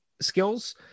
skills